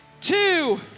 two